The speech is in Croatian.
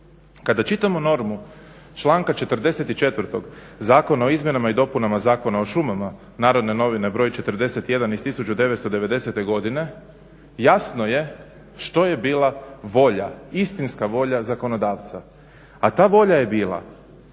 Kada čitamo normu članka 44. Zakona o izmjenama i dopunama Zakona o šumama Narodne Novine broj 41. iz 1990. godine, jasno je što je bila volja, istinska volja zakonodavca. A ta volja je bila